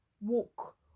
walk